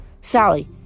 Sally